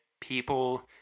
people